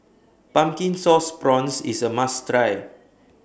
Pumpkin Sauce Prawns IS A must Try